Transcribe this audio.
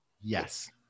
Yes